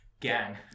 gang